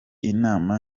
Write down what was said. inama